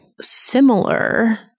similar